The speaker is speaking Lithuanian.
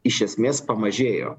iš esmės pamažėjo